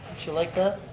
you like that.